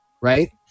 right